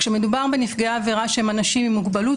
כשמדובר בנפגעי עבירה שהם אנשים עם מוגבלות,